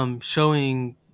showing